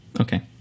Okay